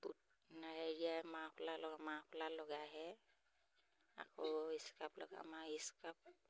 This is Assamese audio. হেৰিয়াই মাফলাৰ লগা মাফলাৰ লগাইহে আকৌ স্কাৰ্ফ লগাম স্কাৰ্ফ